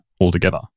altogether